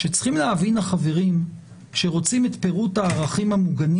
החברים צריכים להבין שכשרוצים את פירוט הערכים המוגנים